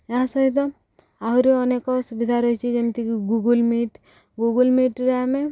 ଏହା ସହିତ ଆହୁରି ଅନେକ ସୁୁବିଧା ରହିଛି ଯେମିତିକି ଗୁଗୁଲ ମିଟ୍ ଗୁଗୁଲ ମିଟ୍ରେ ଆମେ